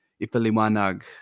ipalimanag